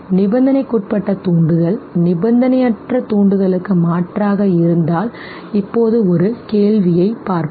நிபந்தனைக்குட்பட்ட தூண்டுதல் நிபந்தனையற்ற தூண்டுதலுக்கு மாற்றாக இருந்தால் இப்போது ஒரு கேள்வியைப் பார்ப்போம்